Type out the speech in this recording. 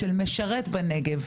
של משרת בנגב,